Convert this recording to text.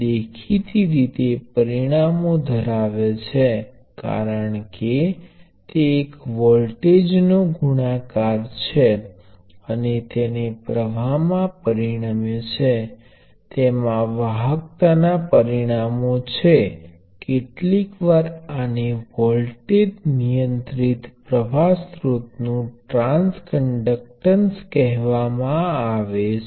દેખીતી રીતે આમાં અવરોધના પરિમાણો છે અને તેને પ્રવાહ ની સાથે ગુણાકાર કરતા તે વોલ્ટેજ માં પરિણમે છે અને તેને પ્ર્વાહ નિયંત્રિત વોલ્ટેજ સ્ત્રોત નું ટ્રાન્સ રેઝિસ્ટન્સ કહેવામાં આવે છે